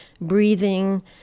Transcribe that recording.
breathing